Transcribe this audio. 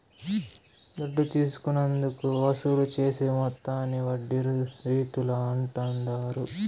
దుడ్డు తీసుకున్నందుకు వసూలు చేసే మొత్తాన్ని వడ్డీ రీతుల అంటాండారు